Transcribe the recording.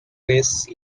race